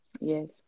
Yes